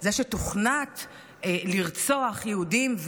זה שתוכנת לרצוח יהודים,